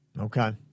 Okay